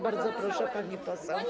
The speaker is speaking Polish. Bardzo proszę, pani poseł.